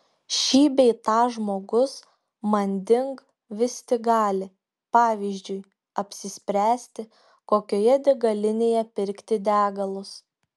šį bei tą žmogus manding vis tik gali pavyzdžiui apsispręsti kokioje degalinėje pirkti degalus